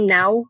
now